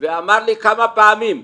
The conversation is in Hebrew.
ואמר לי כמה פעמים,